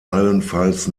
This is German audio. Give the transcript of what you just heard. allenfalls